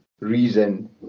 reason